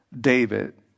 David